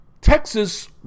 Texas